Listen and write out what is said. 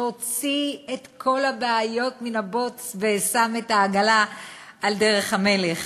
שהוציא את כל הבעיות מהבוץ ושם את העגלה על דרך המלך,